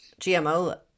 GMO